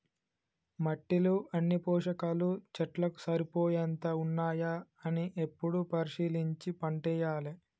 మట్టిలో అన్ని పోషకాలు చెట్లకు సరిపోయేంత ఉన్నాయా అని ఎప్పుడు పరిశీలించి పంటేయాలే